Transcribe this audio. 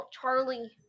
Charlie